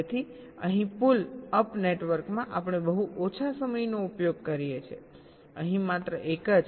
તેથી અહીં pull up નેટવર્કમાં આપણે બહુ ઓછા સમયનો ઉપયોગ કરીએ છીએ અહીં માત્ર એક જ